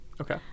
Okay